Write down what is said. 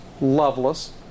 loveless